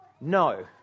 no